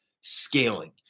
scaling